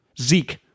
Zeke